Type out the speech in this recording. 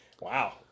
Wow